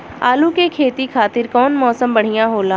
आलू के खेती खातिर कउन मौसम बढ़ियां होला?